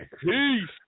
Peace